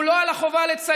הוא לא על החובה לציית